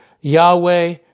Yahweh